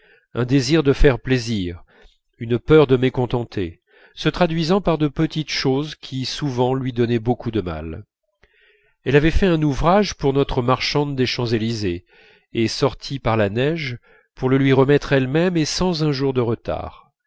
un désir de faire plaisir une peur de mécontenter se traduisant par de petites choses qui souvent lui donnaient beaucoup de mal elle avait fait un ouvrage pour notre marchande des champs-élysées et sortit par la neige pour le lui remettre elle-même et sans un jour de retard